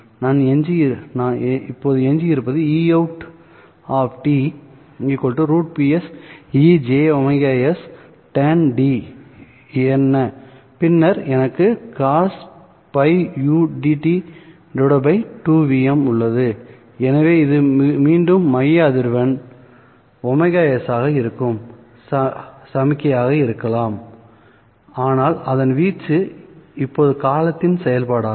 நான் இப்போது எஞ்சியிருப்பது Eout √Ps ejωs tan d பின்னர் எனக்கு Cosπud2Vπஉள்ளது எனவே இது மீண்டும் மைய அதிர்வெண் ωs ஆக இருக்கும் சமிக்ஞையாக இருக்கலாம்ஆனால்அதன் வீச்சு இப்போது காலத்தின் செயல்பாடாகும்